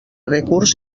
recurs